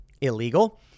Illegal